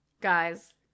guys